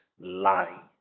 lie